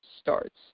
starts